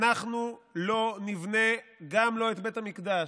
אנחנו לא נבנה גם את בית המקדש.